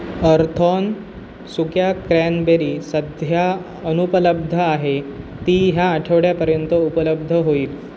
Earthon सुक्या cranberry सध्या अनुपलब्ध आहे ती ह्या आठवड्यापर्यंत उपलब्ध होईल